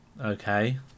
Okay